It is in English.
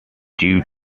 due